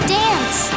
dance